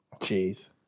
Jeez